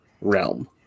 realm